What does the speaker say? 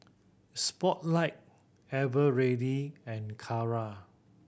Spotlight Eveready and Kara